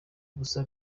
ubusa